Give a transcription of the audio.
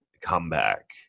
comeback